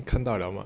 你看到 liao mah